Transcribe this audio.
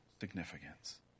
significance